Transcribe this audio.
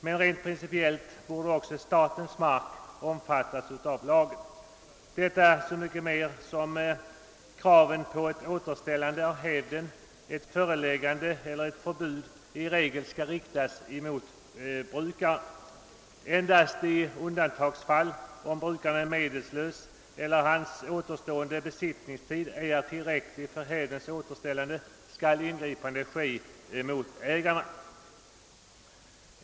Men rent principiellt borde också statens mark omfattas av lagen, så mycket mer som kraven på återställande av hävden — ett föreläggande eller förbud — i regel skall riktas mot brukaren. Endast i undantagsfall, om brukaren är medellös eller hans återstående besittningstid ej är tillräcklig för hävdens återställande, skall ingripande ske mot ägarna.